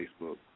Facebook